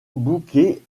bouquet